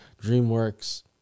DreamWorks